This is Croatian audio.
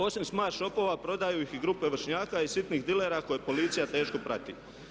Osim smart shopova prodaju ih i grupe vršnjaka i sitnih dilera koje policija teško prati.